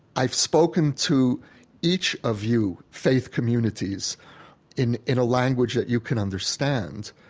i've spoken to each of you faith communities in in a language that you can understand.